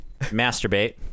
masturbate